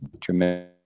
tremendous